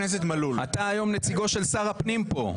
אתה היום נציגו של שר הפנים פה.